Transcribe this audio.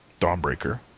Dawnbreaker